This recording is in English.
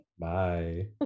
Bye